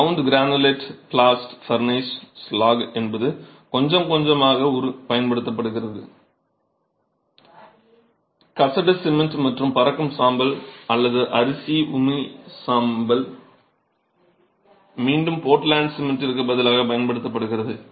ground granulated blast furnace slag என்பது கொஞ்சம் கொஞ்சமாகப் பயன்படுத்தப்படுகிறது கசடு சிமெண்ட் மற்றும் பறக்கும் சாம்பல் அல்லது அரிசி உமி சாம்பல் மீண்டும் போர்ட்லேண்ட் சிமெண்டிற்குப் பதிலாகப் பயன்படுத்தப்படுகிறது